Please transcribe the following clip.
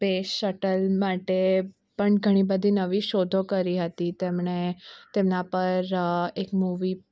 space shuttle માટે પણ ઘણી બધી નવી શોધો કરી હતી તેમણે તેમના પર એક મૂવી